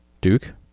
Duke